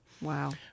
Wow